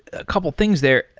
a couple things there.